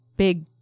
Big